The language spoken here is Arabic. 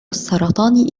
السرطان